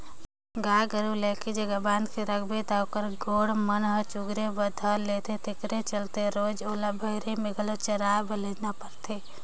गाय गोरु ल एके जघा बांध के रखबे त ओखर गोड़ मन ह चगुरे बर धर लेथे तेखरे चलते रोयज ओला बहिरे में घलो चराए बर लेजना परथे